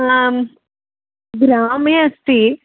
हा ग्रामे अस्ति